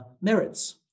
merits